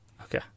Okay